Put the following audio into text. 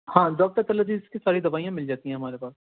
ہاں ڈوکٹر طلعت عزیز کی ساری دوائیاں مِل جاتی ہیں ہمارے پاس